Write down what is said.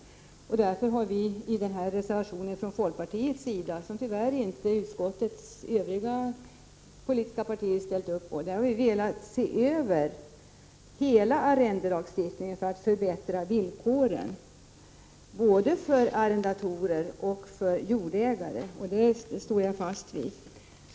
Därför har vi i denna reservation från folkpartiets sida, som tyvärr inte utskottets övriga politiska partier ställt upp på, velat se över hela arrendelagstiftningen för att förbättra villkoren, både för arrendatorer och för jordägare. Det står jag fast vid.